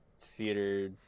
theater